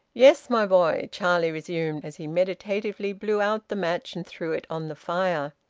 yes, my boy, charlie resumed, as he meditatively blew out the match and threw it on the fire,